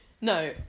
No